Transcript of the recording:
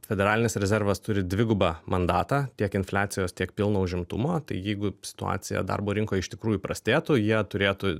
federalinis rezervas turi dvigubą mandatą tiek infliacijos tiek pilno užimtumo tai jeigu situacija darbo rinkoj iš tikrųjų prastėtų jie turėtų